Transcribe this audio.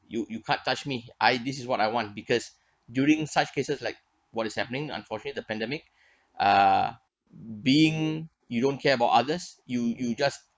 you you can't touch me I this is what I want because during such cases like what is happening unfortunate the pandemic uh being you don't care about others you you just